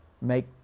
make